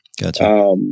Gotcha